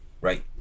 Right